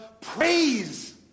praise